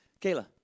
Kayla